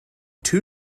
two